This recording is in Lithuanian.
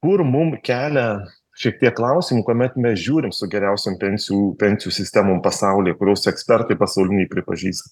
kur mums kelia šiek tiek klausimų kuomet mes žiūrime su geriausiom pensijų pensijų sistemom pasauly kurios ekspertai pasauliniai pripažįsta